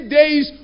days